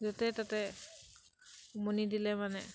য'তে ত'ত উমনি দিলে মানে